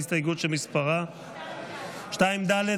2ד',